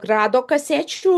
grado kasečių